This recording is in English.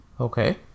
Okay